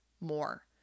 more